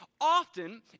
often